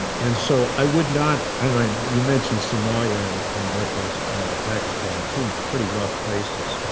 and so i would not i mean you mentioned somalia and and northwest pakistan, two pretty rough places,